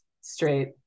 straight